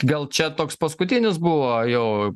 gal čia toks paskutinis buvo jau